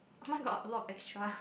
oh-my-god a lot of extra